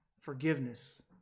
forgiveness